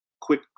quick